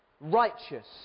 righteous